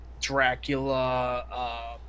Dracula